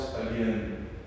again